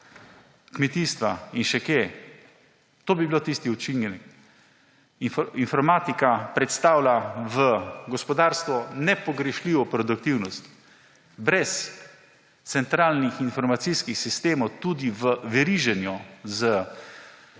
kmetijstva in še kje. To bi bil tisti učinek. Informatika predstavlja v gospodarstvu nepogrešljivo produktivnost, brez centralnih informacijskih sistemov tudi v veriženju z